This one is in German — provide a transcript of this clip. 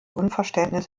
unverständnis